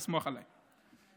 תסמוך עליי,